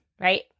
Right